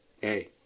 hey